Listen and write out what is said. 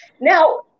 now